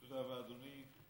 תודה רבה, אדוני.